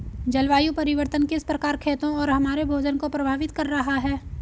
जलवायु परिवर्तन किस प्रकार खेतों और हमारे भोजन को प्रभावित कर रहा है?